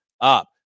up